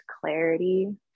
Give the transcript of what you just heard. clarity